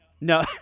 No